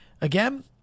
again